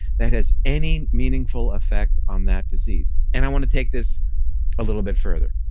that has any meaningful effect on that disease. and i wanna take this a little bit further.